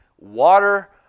water